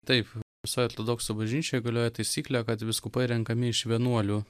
taip visoj ortodoksų bažnyčioj galioja taisyklė kad vyskupai renkami iš vienuolių